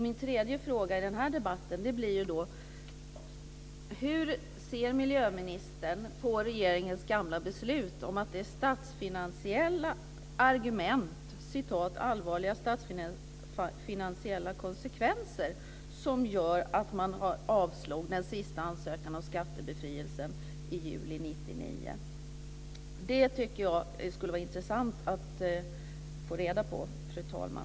Min tredje fråga i den här debatten blir: Hur ser miljöministern på regeringens gamla beslut att "allvarliga statsfinansiella konsekvenser" gjorde att man har avslog den sista ansökningen om skattebefrielse i juli 1999? Jag tycker att det skulle vara intressant att få reda på det, fru talman.